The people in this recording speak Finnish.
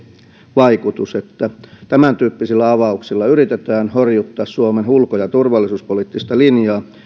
vaikutus että tämäntyyppisillä avauksilla yritetään horjuttaa suomen ulko ja turvallisuuspoliittista linjaa